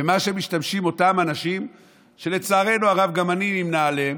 במה שמשתמשים אותם אנשים שלצערנו הרב גם אני נמנה עימם,